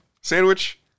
sandwich